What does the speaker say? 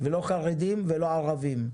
ולא חרדים ולא ערבים,